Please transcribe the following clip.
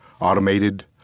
automated